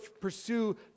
pursue